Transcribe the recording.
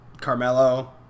Carmelo